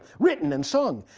written and sung.